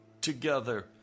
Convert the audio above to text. together